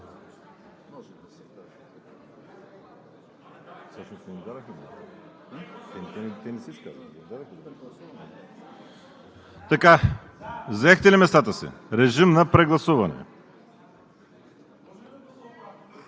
Заехте ли местата си? Режим на прегласуване.